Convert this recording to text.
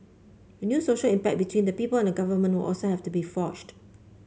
a new social impact between the people and government will also have to be forged